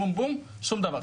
שום דבר.